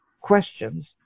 questions